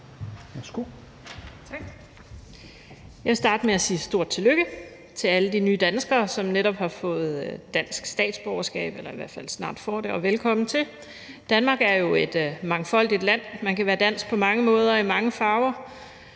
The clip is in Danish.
Jeg vil starte med at sige et stort tillykke til alle de nye danskere, som netop har fået dansk statsborgerskab, eller i hvert fald snart får det, og velkommen til. Danmark er jo et mangfoldigt land. Man kan være dansk på mange måder og i mange farver.